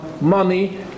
money